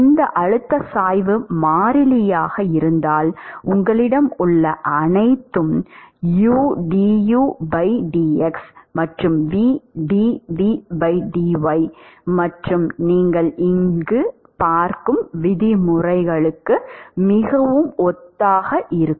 இந்த அழுத்தச் சாய்வு மாறிலியாக இருந்தால் உங்களிடம் உள்ள அனைத்தும் ududx மற்றும் vdv dy மற்றும் நீங்கள் இங்கு பார்க்கும் விதிமுறைகளுக்கு மிகவும் ஒத்ததாக இருக்கும்